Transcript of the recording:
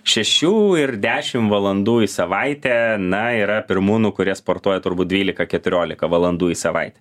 šešių ir dešim valandų į savaitę na yra pirmūnų kurie sportuoja turbūt dvylika keturiolika valandų į savaitę